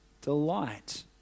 delight